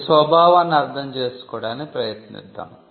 ఈ స్వభావాన్ని అర్ధం చేసుకోవడానికి ప్రయత్నిద్దాం